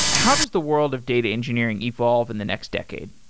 how does the world of data engineering evolve in the next decade?